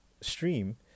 stream